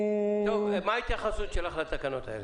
מה ההתייחסות שלך לתקנות האלה?